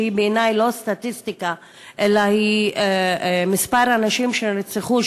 שהיא בעיני לא סטטיסטיקה אלא היא מספר הנשים שנרצחו,